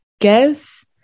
guess